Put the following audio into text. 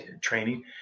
training